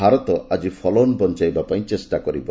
ଭାରତ ଆଜି ଫଲୋଅନ୍ ବଞ୍ଚାଇବା ପାଇଁ ଚେଷ୍ଟା କରିବ